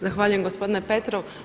Zahvaljujem gospodine Petrov.